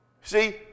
See